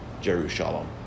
Jerusalem